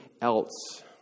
else